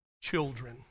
children